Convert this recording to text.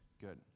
Good